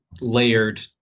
layered